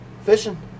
Fishing